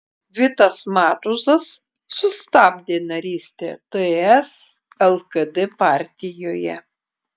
vitas matuzas sustabdė narystę ts lkd partijoje